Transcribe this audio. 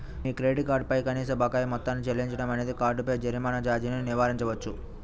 మీ credit card పై కనీస బకాయి మొత్తాన్ని చెల్లించడం అనేది కార్డుపై జరిమానా ఛార్జీని నివారించవచ్చు